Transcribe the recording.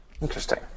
Interesting